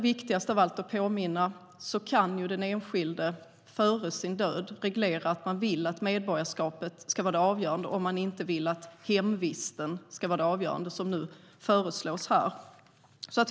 Viktigast av allt att påminna om är att den enskilde före sin död kan reglera att medborgarskapet ska vara det avgörande om man inte vill att hemvisten ska vara det avgörande på det sätt som nu föreslås.